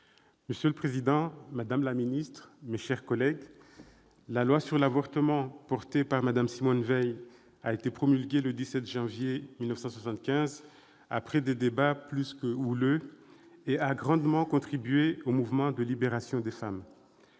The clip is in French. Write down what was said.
Monsieur le président, madame la ministre, mes chers collègues, la loi sur l'avortement, portée par Simone Veil, a été promulguée le 17 janvier 1975, après des débats plus que houleux, et a grandement contribué au mouvement de libération des femmes.